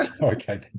Okay